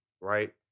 right